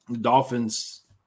Dolphins